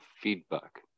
feedback